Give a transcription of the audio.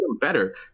better